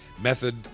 method